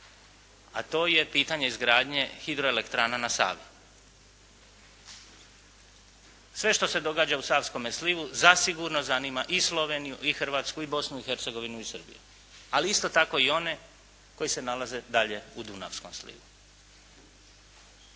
a to je pitanje izgradnje hidroelektrana na Savi. Sve što se događa u Savskome slivu, zasigurno zanima i Sloveniju i Hrvatsku i Bosnu i Hercegovinu i Srbiju, ali isto tako i one koji se nalaze dalje u Dunavskom slivu.